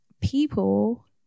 people